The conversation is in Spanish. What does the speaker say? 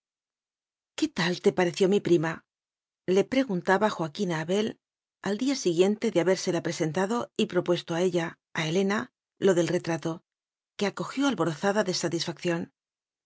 qué tal te pareció mi prima le pre guntaba joaquín a abel al día siguiente de habérsela presentado y propuesto a ella a helena lo del retrato que acojió alborozada de satisfacción